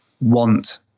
want